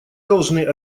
должны